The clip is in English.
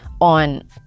on